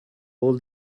all